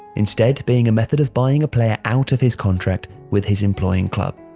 instead being a method of buying a player out of his contract with his employing club.